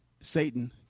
Satan